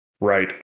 Right